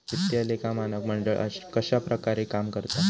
वित्तीय लेखा मानक मंडळ कश्या प्रकारे काम करता?